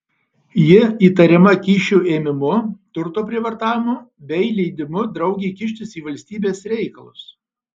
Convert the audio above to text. ji įtariama kyšių ėmimu turto prievartavimu bei leidimu draugei kištis į valstybės reikalus